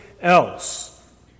else